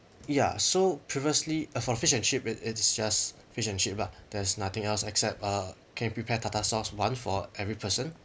ya so previously uh for fish and chip it it's just fish and chip lah there's nothing else except uh can prepare tartar sauce one for every person